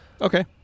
Okay